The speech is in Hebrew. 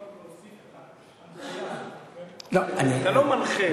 חייב להוסיף לך הנחיה, אתה לא מנחה.